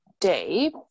day